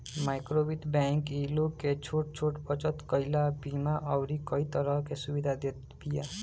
माइक्रोवित्त बैंक इ लोग के छोट छोट बचत कईला, बीमा अउरी कई तरह के सुविधा देत बिया